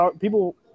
people